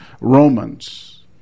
Romans